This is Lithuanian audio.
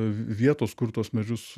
vietos kur tuos medžius